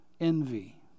envy